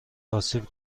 آسیب